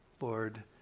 Lord